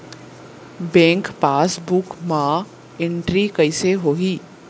Bank passbook मा entry कइसे होही?